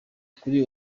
kuri